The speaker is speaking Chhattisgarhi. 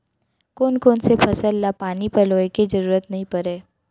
कोन कोन से फसल ला पानी पलोय के जरूरत नई परय?